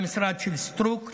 למשרד של סטרוק,